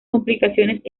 complicaciones